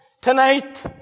Tonight